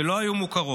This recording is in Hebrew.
שלא היו מוכרות,